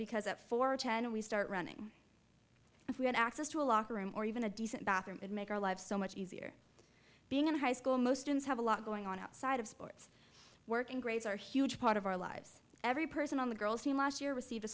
because at four ten we start running if we had access to a locker room or even a decent bathroom it make our lives so much easier being in high school most students have a lot going on outside of sports work and grades are a huge part of our lives every person on the girl's team last year received a